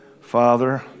Father